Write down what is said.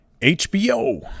HBO